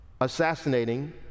assassinating